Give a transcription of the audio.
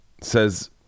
says